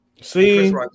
See